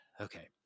Okay